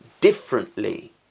differently